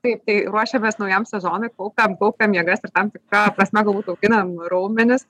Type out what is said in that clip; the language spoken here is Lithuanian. taip tai ruošiamės naujam sezonui kaupiam kaupiam jėgas ir tam tikra prasme galbūt auginam raumenis